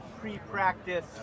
pre-practice